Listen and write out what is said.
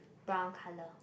brown colour